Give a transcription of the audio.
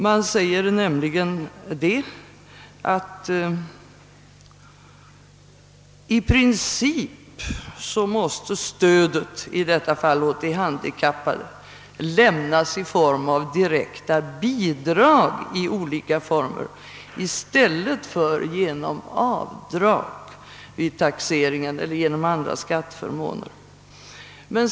Där sägs nämligen att i princip måste stödet — i detta fall åt de handikappade — »lämnas i form av direkta bidrag i olika former i stället för genom avdrag vid taxeringen eller genom andra skatteförmåner».